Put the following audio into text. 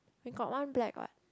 we got one black what